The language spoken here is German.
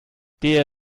der